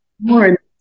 more